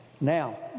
Now